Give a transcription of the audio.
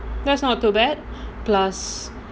that's not too bad plus